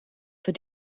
für